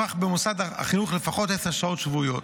ובלבד שיהיה נוכח במוסד החינוך לפחות עשר שעות שבועיות,